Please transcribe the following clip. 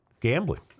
Gambling